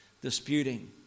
disputing